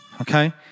okay